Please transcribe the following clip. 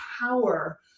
power